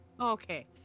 Okay